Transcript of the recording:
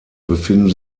befinden